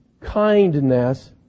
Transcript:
kindness